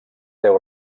deu